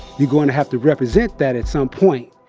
you're going to have to represent that at some point,